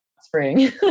spring